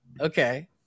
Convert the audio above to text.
Okay